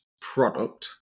product